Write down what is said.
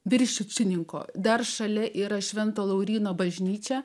viršininko dar šalia yra švento lauryno bažnyčia